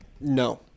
no